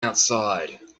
outside